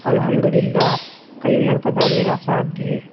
الحمد لِلّہ کئی مرتبہ میرا ساتھ دیے